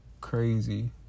Crazy